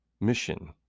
mission